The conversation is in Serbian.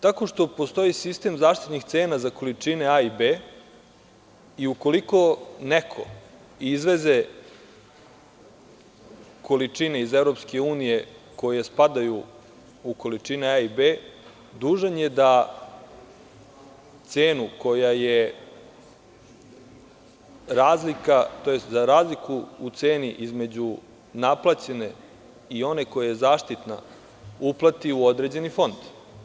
Tako što postoji sistem zaštitnih cena za količine A i B i ukoliko neko izveze količine iz EU koje spadaju u količine A i B, dužan je da razliku u ceni između naplaćene i one koja je zaštitna uplati u određeni fond.